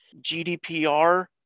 GDPR